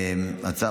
השכל,